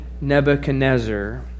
Nebuchadnezzar